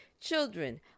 children